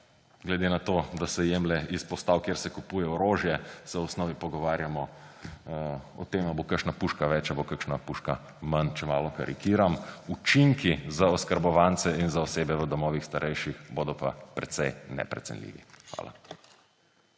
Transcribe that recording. Glede na to, da se jemlje s postavk, kjer se kupuje orožje, se v osnovi pogovarjamo o tem, ali bo kakšna puška več ali bo kakšna puška manj, če malo karikiram. Učinki za oskrbovance in za osebe v domovih starejših bodo pa precej neprecenljivi. Hvala.